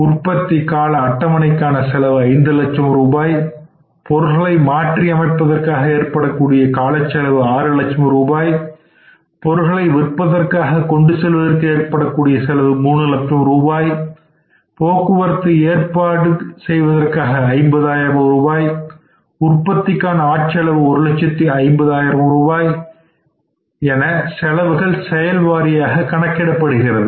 உற்பத்தி கால அட்டவணைக்காண செலவு ஐந்து லட்சம் ரூபாய் பொருள்களை மாற்றி அமைப்பதற்காக ஏற்படக்கூடிய காலச் செலவு 6 லட்சம் ரூபாய் பொருள்களை விற்பதற்காக கொண்டு செல்வதற்கு ஏற்ப செலவு 3 லட்சம் ரூபாய் போக்குவரத்து ஏற்பாடு இருக்காக 50 ஆயிரம் ரூபாய் உற்பத்திக்கான ஆட் செலவு ஒரு லட்சத்து 50 ஆயிரம் ரூபாய் என செலவுகள் செயல் வாரியாக கணக்கிடப்படுகிறது